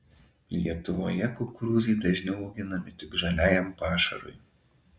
lietuvoje kukurūzai dažniau auginami tik žaliajam pašarui